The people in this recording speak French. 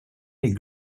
est